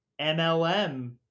MLM